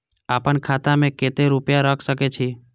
आपन खाता में केते रूपया रख सके छी?